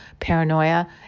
paranoia